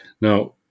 Now